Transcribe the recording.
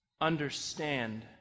understand